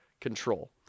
control